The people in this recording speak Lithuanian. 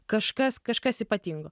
kažkas kažkas ypatingo